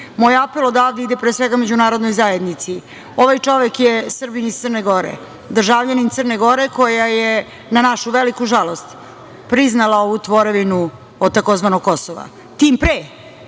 Moj apel odavde ide, pre svega, međunarodnoj zajednici. Ovaj čovek je Srbin iz Crne Gore, državljanin Crne Gore koja je, na našu veliku žalost, priznala ovu tvorevine od tzv. Kosova, tim pre